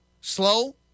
slow